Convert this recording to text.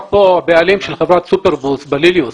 כאן הבעלים של חברת סופרבוס בליליוס.